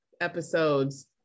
episodes